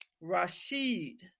Rashid